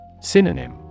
Synonym